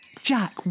Jack